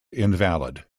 invalid